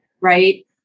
right